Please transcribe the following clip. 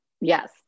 yes